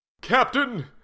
Captain